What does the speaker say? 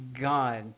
God